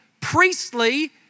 priestly